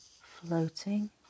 floating